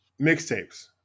mixtapes